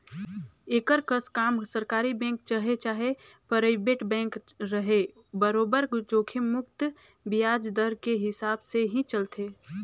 एकर कस काम सरकारी बेंक रहें चाहे परइबेट बेंक रहे बरोबर जोखिम मुक्त बियाज दर के हिसाब से ही चलथे